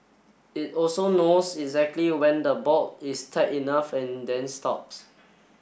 it also knows exactly when the bolt is tight enough and then stops